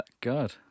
god